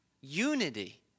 unity